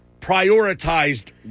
prioritized